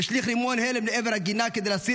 השליך רימון הלם לעבר הגינה כדי להסיר